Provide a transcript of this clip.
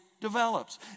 develops